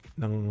ng